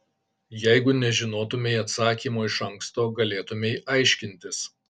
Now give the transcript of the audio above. jeigu nežinotumei atsakymo iš anksto galėtumei aiškintis